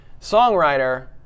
Songwriter